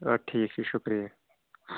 اَدٕ ٹھیٖک چھُ شُکرِیہ